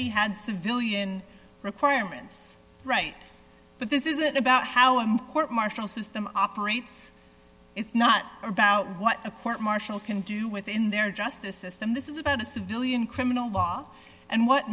he had civilian requirements right but this isn't about how import marshal system operates it's not about what a court martial can do within their justice system this is about the civilian criminal law and what